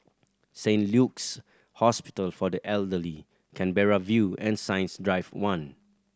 Saint Luke's Hospital for the Elderly Canberra View and Science Drive One